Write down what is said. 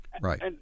Right